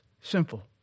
Simple